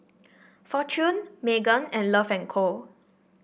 Fortune Megan and Love and Co